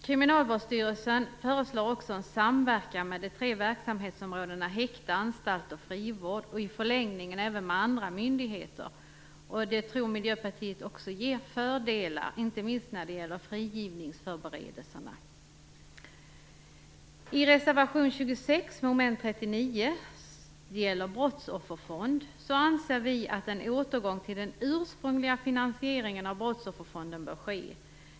Kriminalvårdsstyrelsen föreslår också en samverkan mellan de tre verksamhetsområdena häkte, anstalt och frivård - och i förlängningen även med andra myndigheter. Det tror också Miljöpartiet ger fördelar, inte minst när det gäller frigivningsförberedelserna. I reservation 26 mom. 39, det gäller brottsofferfond, anser vi att en återgång till den ursprungliga finansieringen av Brottsofferfonden bör ske.